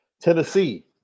Tennessee